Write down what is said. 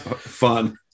Fun